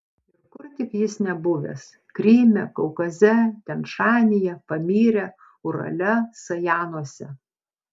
ir kur tik jis nebuvęs kryme kaukaze tian šanyje pamyre urale sajanuose